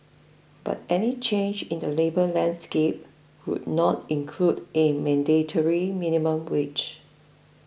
but any change in the labour landscape would not include a mandatory minimum wage